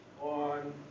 on